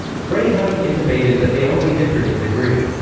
gray having intimated that they only differed in degree.